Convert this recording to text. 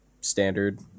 standard